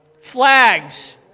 Flags